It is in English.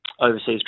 overseas